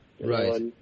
Right